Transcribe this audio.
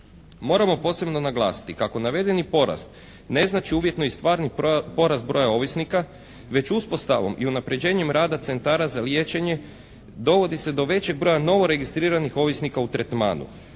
Moramo posebno naglasiti kako navedeni porast ne znači ujedno i stvarni porast broja ovisnika već uspostavom i unapređenjem rada centara za liječenje dovodi se do većeg broja novo registriranih ovisnika u tretmanu.